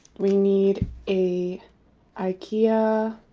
we need a ikea,